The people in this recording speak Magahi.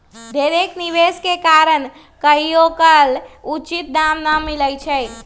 ढेरेक निवेश के कारण कहियोकाल उचित दाम न मिलइ छै